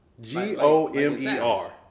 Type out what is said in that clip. G-O-M-E-R